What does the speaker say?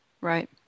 Right